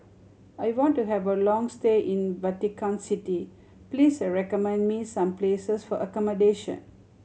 I want to have a long stay in Vatican City Please recommend me some places for accommodation